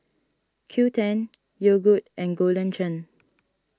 Qoo ten Yogood and Golden Churn